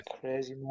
crazy